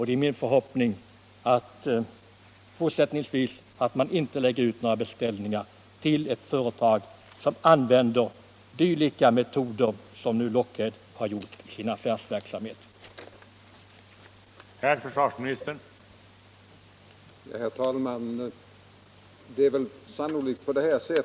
Det är min förhoppning 19 februari 1976 att man fortsättningsvis inte lägger ut beställningar hos ett företag som använder sådana metoder som Lockheed gjort i sin affärsverksamhet. Om halvstatliga